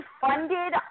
funded